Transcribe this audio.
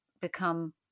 become